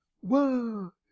Whoa